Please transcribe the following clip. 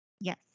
Yes